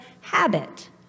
habit